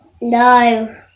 No